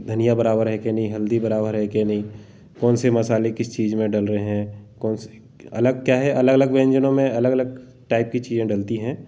धनिया बराबर है के नहीं हल्दी बराबर है के नहीं कौन से मसाले किस चीज़ में डल रहे हैं कौन से अलग क्या है अलग अलग व्यंजनों में अलग टाइप की चीज़ें डलती हैं